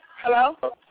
Hello